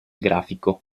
grafico